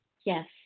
yes